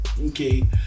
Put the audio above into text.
okay